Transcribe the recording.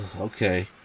okay